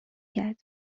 کرد